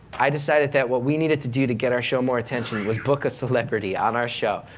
i decided that what we needed to do to get our show more attention was book a celebrity on our show.